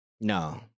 no